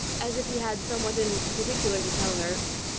as if he had somewhat in particular to tell her,